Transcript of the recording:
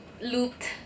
looped